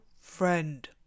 friend